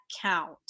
count